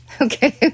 Okay